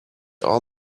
all